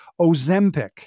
Ozempic